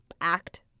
act